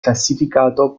classificato